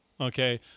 okay